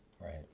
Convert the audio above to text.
Right